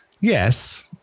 yes